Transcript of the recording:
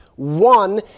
One